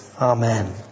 Amen